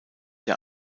der